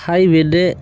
ঠাই ভেদে